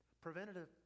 Preventative